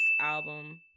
album